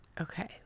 Okay